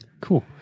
Cool